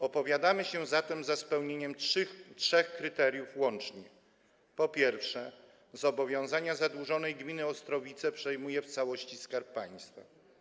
Opowiadamy się zatem za spełnieniem trzech kryteriów łącznie: Po pierwsze, zobowiązania zadłużonej gminy Ostrowice przejmuje w całości Skarb Państwa.